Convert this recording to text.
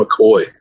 McCoy